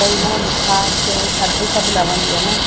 त हिन मां बुख़ार चाहे थधि सभु लहंदी आहे न